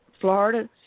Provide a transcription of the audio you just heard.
Florida